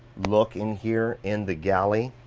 look in here, in the galley.